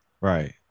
Right